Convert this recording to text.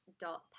Dot